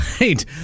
right